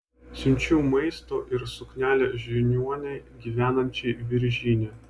siunčiu maisto ir suknelę žiniuonei gyvenančiai viržyne